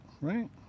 right